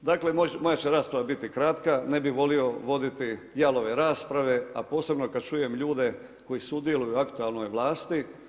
Dakle, moja će rasprava biti kratka, ne bi volio voditi jalove rasprave a posebno kad čujem ljude koji sudjeluju u aktualnoj vlasti.